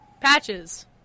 Patches